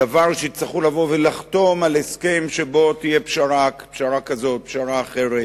ויצטרכו לחתום על הסכם שבו תהיה פשרה כזאת או אחרת,